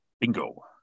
Bingo